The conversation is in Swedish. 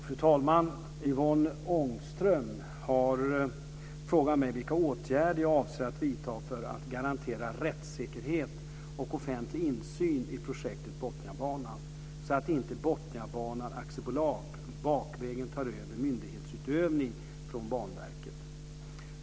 Fru talman! Yvonne Ångström har frågat mig vilka åtgärder jag avser att vidta för att garantera rättssäkerhet och offentlig insyn i projektet Botniabanan, så att inte Botniabanan AB bakvägen tar över myndighetsutövning från Banverket.